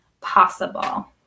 possible